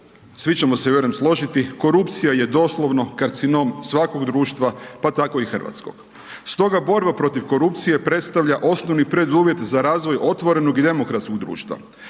svi ćemo se vjerujem složiti, korupcija je doslovno karcinom svakog društva pa tako i hrvatskog. Stoga borba protiv korupcije predstavlja osnovni preduvjet za razvoj otvorenog i demokratskog društva.